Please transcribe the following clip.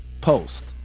Post